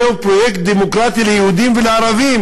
זהו פרויקט דמוקרטי ליהודים ולערבים.